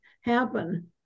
happen